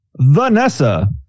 Vanessa